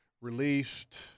released